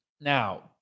Now